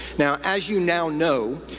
now, as you now know,